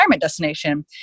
destination